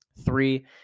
Three